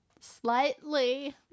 Slightly